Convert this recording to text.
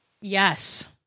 Yes